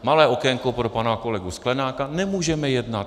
Malé okénko pro pana kolegu Sklenáka: nemůžeme jednat.